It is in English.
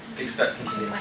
Expectancy